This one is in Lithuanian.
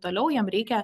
toliau jam reikia